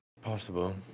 possible